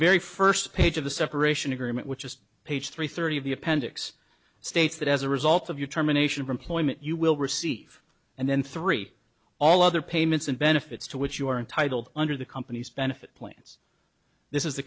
very first page of a separation agreement which just page three thirty of the appendix states that as a result of your terminations employment you will receive and then three all other payments and benefits to which you are entitled under the company's benefit plans this is the